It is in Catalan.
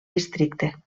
districte